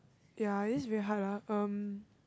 ya it is very hard lah um